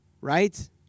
Right